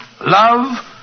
Love